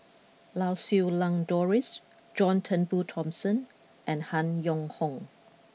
Lau Siew Lang Doris John Turnbull Thomson and Han Yong Hong